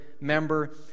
member